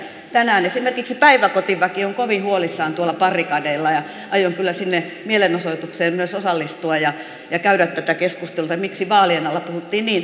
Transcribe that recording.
tänään esimerkiksi päiväkotiväki on kovin huolissaan tuolla barrikadeilla ja aion kyllä siihen mielenosoitukseen myös osallistua ja käydä tätä keskustelua että miksi vaalien alla puhuttiin niin toista